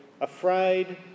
afraid